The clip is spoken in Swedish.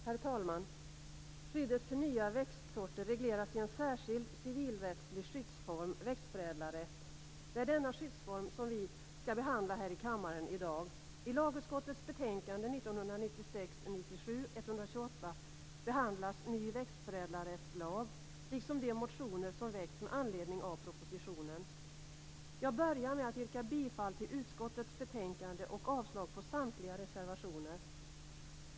Herr talman! Skyddet för nya växtsorter regleras i en särskild civilrättslig skyddsform, växtförädlarrätt. Det är denna skyddsform som vi skall behandla här i kammaren i dag. Jag börjar med att yrka bifall till hemställan i utskottets betänkande och avslag på samtliga reservationer.